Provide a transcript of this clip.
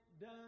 done